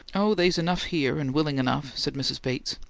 oh, they's enough here, and willing enough, said mrs. bates.